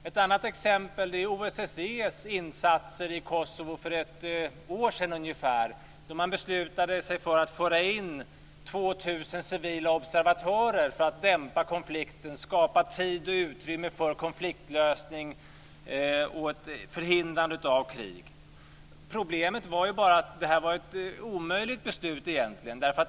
Ett annat exempel är OSSE:s insatser i Kosovo för ungefär ett år sedan då man beslutade sig för att föra in 2 000 civila observatörer för att dämpa konflikten och skapa tid och utrymme för konfliktlösning och ett förhindrande av krig. Problemet var bara att det här egentligen var ett omöjligt beslut.